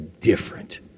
different